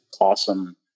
awesome